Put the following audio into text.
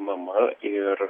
mama ir